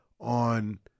on